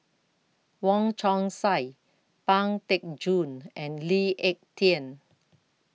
Wong Chong Sai Pang Teck Joon and Lee Ek Tieng